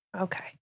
Okay